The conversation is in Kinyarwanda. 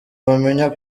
bamenya